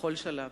בכל שלב